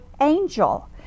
angel